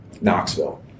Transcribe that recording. Knoxville